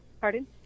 Pardon